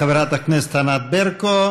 תודה לחברת הכנסת ענת ברקו.